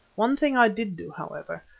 one thing i did do, however.